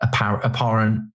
apparent